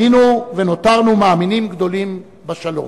היינו ונותרנו מאמינים גדולים בשלום.